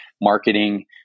Marketing